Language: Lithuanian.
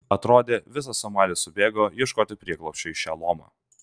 atrodė visas somalis subėgo ieškoti prieglobsčio į šią lomą